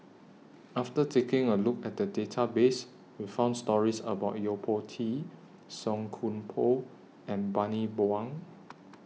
after taking A Look At The Database We found stories about Yo Po Tee Song Koon Poh and Bani Buang